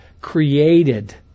created